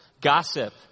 Gossip